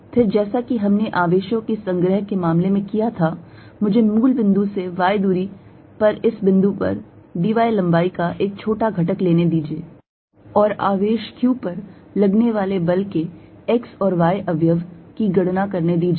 फिर जैसा कि हमने आवेशों के संग्रह के मामले में किया था मुझे मूल बिंदु से y दूरी पर इस बिंदु पर dy लंबाई का एक छोटा घटक लेने दीजिए और आवेश q पर लगने वाले बल के x और y अवयव की गणना करने दीजिए